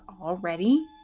already